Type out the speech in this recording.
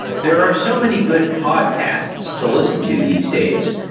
there are so many good podcasts to listen to these days,